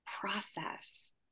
process